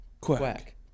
quack